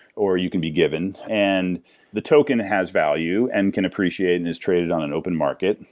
or you can be given. and the token has value and can appreciate and is traded on an open market.